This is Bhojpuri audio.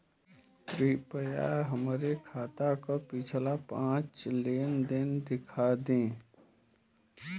कृपया हमरे खाता क पिछला पांच लेन देन दिखा दी